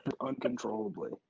uncontrollably